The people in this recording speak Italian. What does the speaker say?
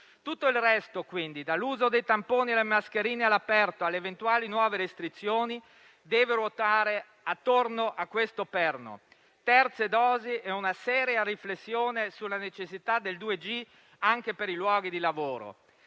Tutto il resto, quindi, dall'uso dei tamponi e delle mascherine all'aperto, ad eventuali nuove restrizioni, deve ruotare attorno a questo perno: terze dosi ed una seria riflessione sulla necessità del 2G anche per i luoghi di lavoro,